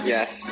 Yes